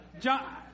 John